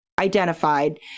identified